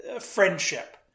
friendship